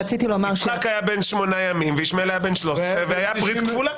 יצחק היה בן שמונה ימים וישמעאל היה בן 13 והייתה ברית כפולה.